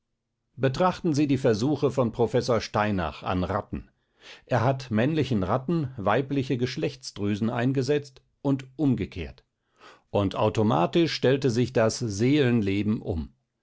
betrachten sie die versuche von professor steinach an ratten er hat männlichen ratten weibliche geschlechtsdrüsen eingesetzt und umgekehrt und automatisch stellte sich das seelenleben um